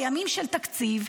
בימים של תקציב,